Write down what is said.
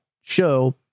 show